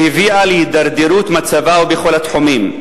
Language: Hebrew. שהביאה להידרדרות מצבה ובכל התחומים,